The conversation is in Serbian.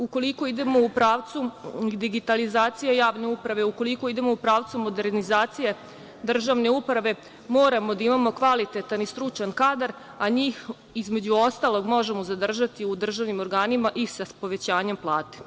Ukoliko idemo u pravcu digitalizacije javne uprave, ukoliko idemo u pravcu modernizacije državne uprave, moramo da imamo kvalitetan i stručan kadar, a njih, između ostalog, možemo zadržati u državnim organima i sa povećanjem plate.